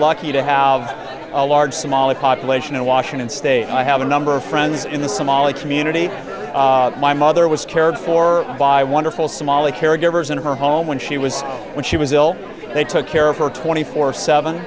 lucky to have a large somali population in washington state and i have a number of friends in the somali community my mother was cared for by wonderful somali caregivers in her home when she was when she was ill they took care of her twenty four seven